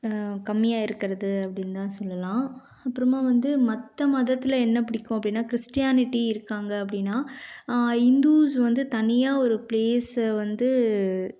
கம்மியாக இருக்கிறது அப்படின்னு தான் சொல்லலாம் நான் அப்புறமா வந்து மற்ற மதத்தில் என்ன பிடிக்கும் அப்படின்னா கிறிஸ்டியானிட்டி இருக்காங்க அப்படின்னா இந்தூஸ் வந்து தனியாக ஒரு ப்ளேஸை வந்து